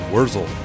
Wurzel